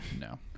No